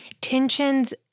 tensions